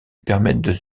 permettent